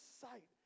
sight